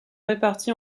répartis